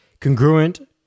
congruent